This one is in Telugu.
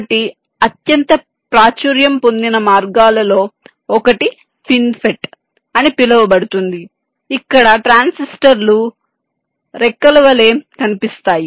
కాబట్టి అత్యంత ప్రాచుర్యం పొందిన మార్గాలలో ఒకటి ఫిన్ఫెట్ అని పిలువబడుతుంది ఇక్కడ ట్రాన్సిస్టర్లు అంగెల్ వలె కనిపిస్తాయి